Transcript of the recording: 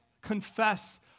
confess